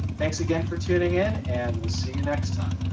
thanks again for tuning in and we'll see you next time.